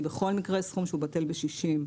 היא בכל מקרה סכום שהוא בטל בשישים,